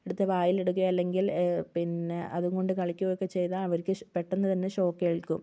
എടുത്ത് വായിലിടുകയോ അല്ലെങ്കിൽ പിന്നെ അതുകൊണ്ട് കളിക്കുകയൊക്കെ ചെയ്താൽ അവർക്ക് ഷോ പെട്ടെന്ന് തന്നെ ഷോക്ക് ഏൽക്കും